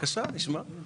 בבקשה, נשמע.